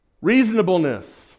Reasonableness